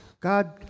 God